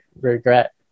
regret